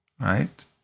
right